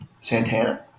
Santana